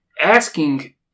Asking